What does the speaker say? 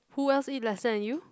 who else eat lesser than you